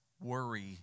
worry